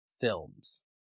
Films